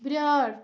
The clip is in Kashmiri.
بیٲر